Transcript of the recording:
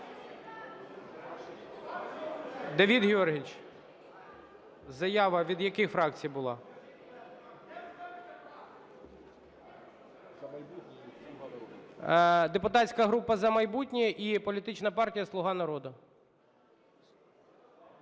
Давид Георгійович, заява від яких фракцій була? Депутатська група "За майбутнє" і політична партія "Слуга народу".